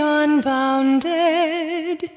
unbounded